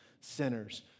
Sinners